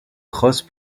crosse